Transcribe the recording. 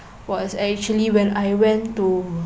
was actually when I went to